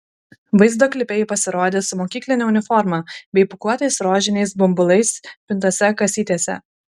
vaizdo klipe ji pasirodė su mokykline uniforma bei pūkuotais rožiniais bumbulais pintose kasytėse